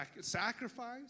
sacrifice